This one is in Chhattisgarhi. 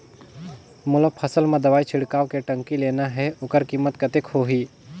मोला फसल मां दवाई छिड़काव के टंकी लेना हे ओकर कीमत कतेक होही?